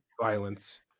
violence